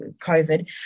COVID